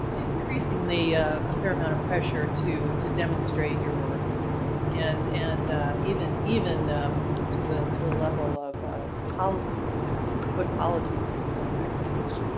increasingly a fair amount of pressure to to demonstrate your worth and and even even um to the to the level of policy impact. what policies have you impacted?